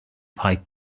pike